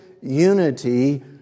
unity